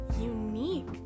unique